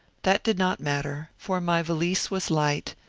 that did not matter, for my valise was light,